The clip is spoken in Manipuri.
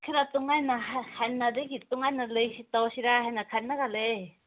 ꯈꯔ ꯇꯣꯉꯥꯟꯅ ꯍꯥꯥꯟꯅꯗꯤꯒꯤ ꯇꯣꯉꯥꯟꯅ ꯂꯩꯁꯤ ꯇꯧꯁꯤꯔꯥ ꯈꯜꯂꯒ ꯂꯩꯌꯦ